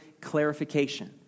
clarification